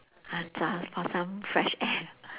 uh so~ for some fresh air